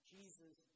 Jesus